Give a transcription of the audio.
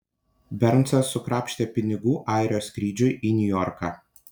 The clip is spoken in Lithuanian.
bernsas sukrapštė pinigų airio skrydžiui į niujorką